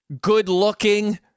good-looking